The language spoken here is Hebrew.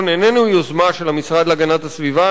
איננו יוזמה של המשרד להגנת הסביבה.